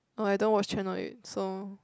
oh I don't watch channel eight so